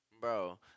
Bro